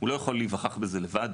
הוא לא יכול להיווכח בזה לבד,